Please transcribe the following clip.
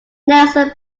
nelson